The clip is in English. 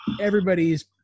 everybody's